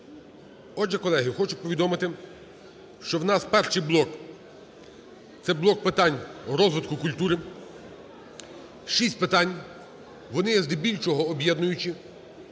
Отже, колеги, хочу повідомити, що у нас перший блок – це блок питань розвитку культури. Шість питань, вони є здебільшого об'єднуючі.